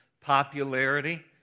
popularity